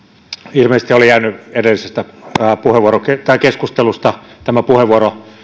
ilmeisesti oli jäänyt edellisestä keskustelusta tämä puheenvuoro